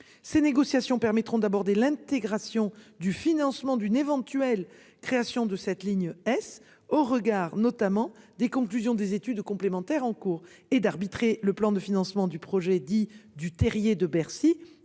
Ces négociations permettront d'aborder l'intégration du financement d'une éventuelle création de cette ligne-ce au regard notamment des conclusions des études complémentaires en cours et d'arbitrer le plan de financement du projet dit du terrier de Bercy